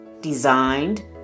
designed